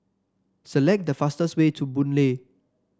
select the fastest way to Boon Lay